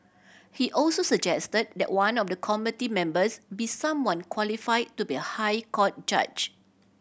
he also suggested that one of the committee members be someone qualify to be a High Court judge